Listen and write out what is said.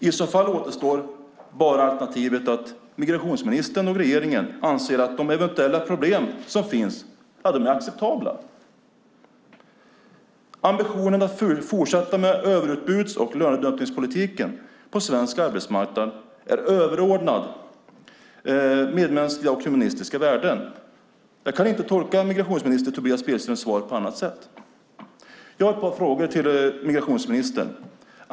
I så fall återstår det andra alternativet, att migrationsministern och regeringen anser att de eventuella problem som finns är acceptabla, att ambitionen att fortsätta med överbuds och lönedumpningspolitiken på svensk arbetsmarknad är överordnad medmänskliga och humanistiska värden. Jag kan inte tolka migrationsminister Tobias Billströms svar på annat sätt. Jag har en fråga till migrationsministern.